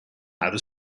outer